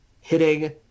hitting